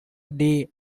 day